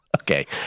Okay